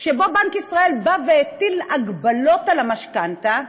שבו בנק ישראל הטיל הגבלות על המשכנתה,